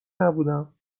نبودم